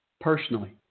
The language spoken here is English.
personally